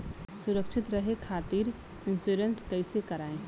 सुरक्षित रहे खातीर इन्शुरन्स कईसे करायी?